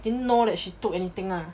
didn't know that she took anything lah